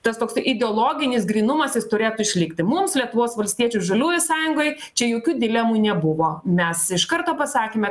tas toks ideologinis grynumas jis turėtų išlikti mums lietuvos valstiečių žaliųjų sąjungai čia jokių dilemų nebuvo mes iš karto pasakėme